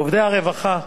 בעובדי הרווחה,